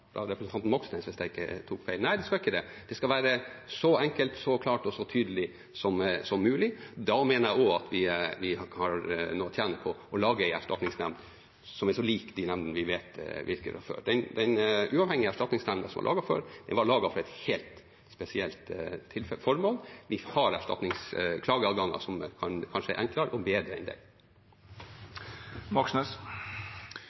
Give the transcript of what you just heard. representanten Moxnes, hvis jeg ikke tar feil. Nei, det skal ikke det. Det skal være så enkelt, klart og tydelig som mulig. Da mener jeg også vi har noe å tjene på å lage en erstatningsnemnd som er så lik som mulig de nemndene som vi fra før av vet virker. Den uavhengige erstatningsnemnden som ble laget, ble laget for et helt spesielt formål. Vi har klageadgang som kanskje er enklere og bedre enn